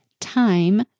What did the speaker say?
time